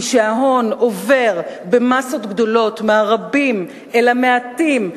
כי כשההון עובר במאסות גדולות מהרבים אל המעטים,